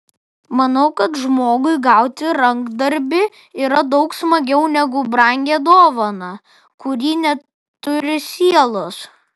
manau kad žmogui gauti rankdarbį yra daug smagiau negu brangią dovaną kuri neturi sielos